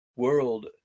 world